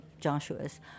joshua's